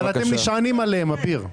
אבל אתם נשענים עליהם, אביר.